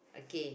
okay